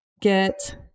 get